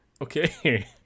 okay